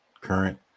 current